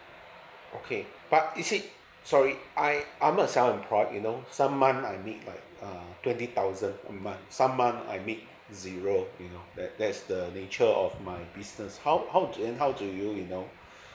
okay but you see sorry I I'm not a self employed you know some month I make like uh twenty thousand a month some month I made zero you know that that is the nature of my business how how do you how do you you know